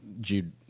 Jude